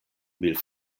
mil